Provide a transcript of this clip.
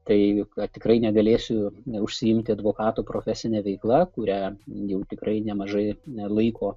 tai kad tikrai negalėsiu neužsiimti advokato profesine veikla kurią jau tikrai nemažai laiko